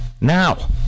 Now